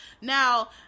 now